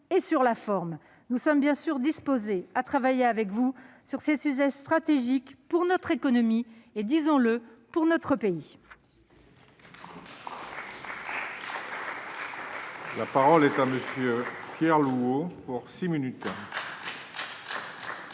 et sur la forme, nous sommes bien évidemment disposés à travailler avec vous sur ces sujets stratégiques pour notre économie et notre pays.